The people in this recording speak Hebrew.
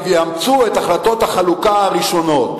שיאמצו את החלטות החלוקה הראשונות